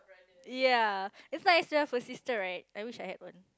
ya you still have a sister right I wish I had one